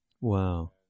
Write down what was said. Wow